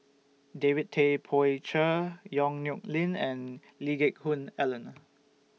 David Tay Poey Cher Yong Nyuk Lin and Lee Geck Hoon Ellen